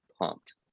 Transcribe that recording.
pumped